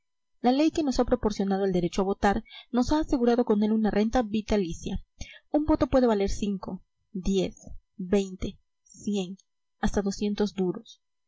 la ley que nos ha proporcionado el derecho a votar nos ha asegurado con él una renta vitalicia un voto puede valer cinco diez veinte cien hasta doscientos duros